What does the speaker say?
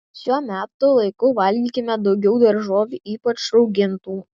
šiuo metų laiku valgykime daugiau daržovių ypač raugintų